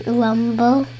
rumble